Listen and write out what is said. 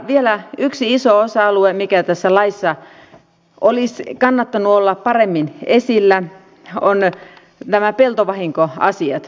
vielä yksi iso osa alue mikä tässä laissa olisi kannattanut olla paremmin esillä on nämä peltovahinkoasiat